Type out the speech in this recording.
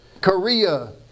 Korea